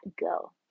go